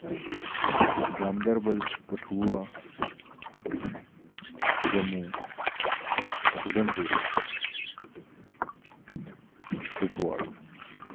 Ganderbal Kathua Jammu Udhampur Kupwara